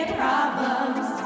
problems